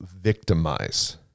victimize